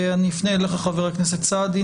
ואני אפנה אליך, חבר הכנסת סעדי.